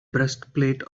breastplate